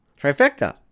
Trifecta